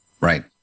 Right